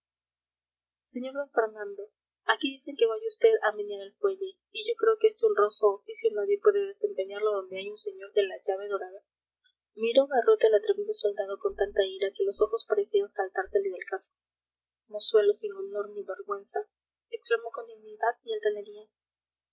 sr d fernando aquí dicen que vaya vd a menear el fuelle y yo creo que este honroso oficio nadie puede desempeñarlo donde hay un señor de la llave dorada miró garrote al atrevido soldado con tanta ira que los ojos parecían saltársele del casco mozuelo sin honor ni vergüenza exclamó con dignidad y